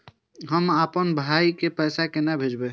हम आपन भाई के पैसा केना भेजबे?